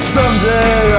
Someday